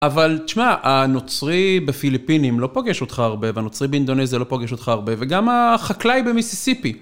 אבל תשמע, הנוצרי בפיליפינים לא פוגש אותך הרבה, והנוצרי באינדונזיה לא פוגש אותך הרבה, וגם החקלאי במיסיסיפי.